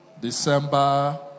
December